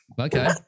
Okay